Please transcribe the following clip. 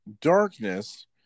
darkness